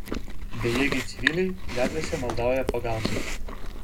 bejėgiai civiliai gatvėse maldauja pagalbos